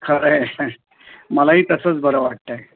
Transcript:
खरं आहे मलाही तसंच बरं वाटतं आहे